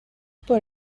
por